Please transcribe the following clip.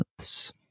months